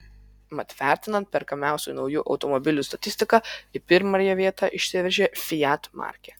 mat vertinant perkamiausių naujų automobilių statistiką į pirmąją vietą išsiveržė fiat markė